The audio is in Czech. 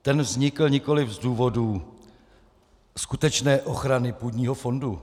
Ten vznikl nikoliv z důvodů skutečné ochrany půdního fondu.